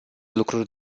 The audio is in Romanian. lucruri